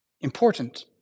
important